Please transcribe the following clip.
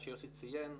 מה שיוסי ציין,